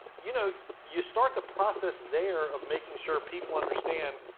you know, you start the process there of making sure people understand,